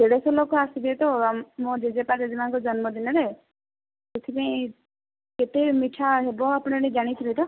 ଦେଢ଼ ଶହ ଲୋକ ଆସିବେ ତ ମୋ ଜେଜେ ବାପା ଜେଜେ ମାଆଙ୍କ ଜନ୍ମଦିନରେ ସେଥିପାଇଁ କେତେ ମିଠା ହେବ ଆପଣମାନେ ଜାଣିଥିବେ ତ